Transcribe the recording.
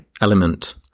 element